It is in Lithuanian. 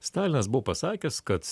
stalinas buvo pasakęs kad